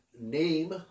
name